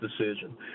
decision